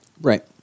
Right